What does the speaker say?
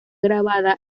grabada